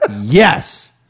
Yes